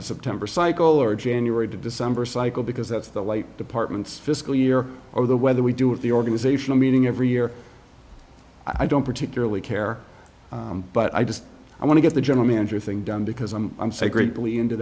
to september cycle or january to december cycle because that's the light department's fiscal year or the whether we do it the organizational meeting every year i don't particularly care but i just i want to get the general manager thing done because i'm i'm secretly into